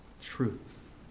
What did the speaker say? truth